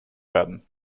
werden